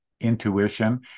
intuition